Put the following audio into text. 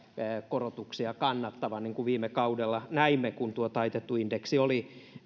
korotuksia kannattavan niin kuin viime kaudella näimme kun tuo taitettu indeksi oli